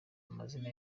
amazina